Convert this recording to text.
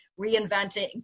reinventing